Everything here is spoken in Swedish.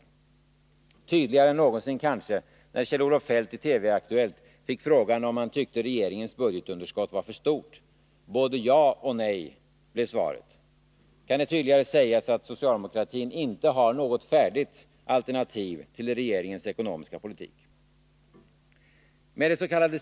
Det framgick kanske tydligare än någonsin, när Kjell-Olof Feldt i TV-Aktuellt fick frågan om han tyckte regeringens budgetunderskott var för stort. Både ja och nej, blev svaret. Kan det tydligare sägas att socialdemokratin inte har något färdigt alternativ till regeringens ekonomiska politik? Med dets.k.